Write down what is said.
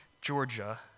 Georgia